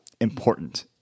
important